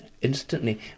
instantly